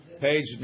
page